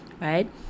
right